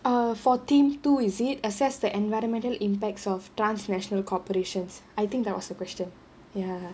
err fourteen two is it assess the environmental impacts of transnational corporations I think that was the question ya